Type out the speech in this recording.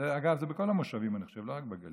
דרך אגב, זה בכל המושבים, אני חושב, לא רק בגליל.